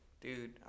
dude